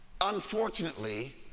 unfortunately